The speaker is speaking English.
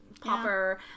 popper